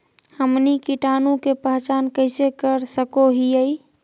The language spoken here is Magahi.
हमनी कीटाणु के पहचान कइसे कर सको हीयइ?